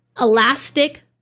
elastic